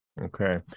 Okay